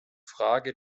frage